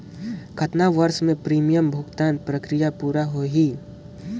कतना वर्ष मे प्रीमियम भुगतान प्रक्रिया पूरा होही?